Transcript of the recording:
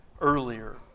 earlier